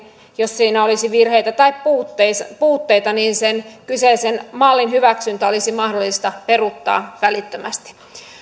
jos siinä olisi virheitä tai puutteita puutteita niin sen kyseisen mallin hyväksyntä olisi mahdollista peruuttaa välittömästi